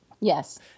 yes